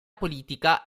politica